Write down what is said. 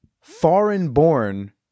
foreign-born